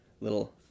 little